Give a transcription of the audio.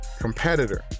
competitor